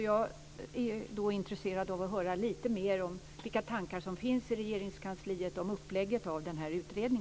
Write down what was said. Jag är alltså intresserad av att höra lite mer om vilka tankar som finns i Regeringskansliet om upplägget av denna utredning.